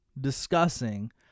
discussing